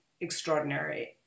extraordinary